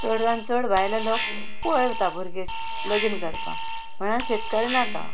चडान चड भायले लोक पळयता भुरगे लगीन करपाक म्हळ्यार शेतकार नाका